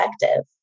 effective